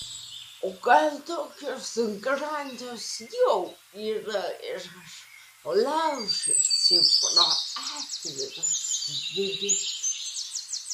o gal tokios garantijos jau yra ir aš laužiuosi pro atviras duris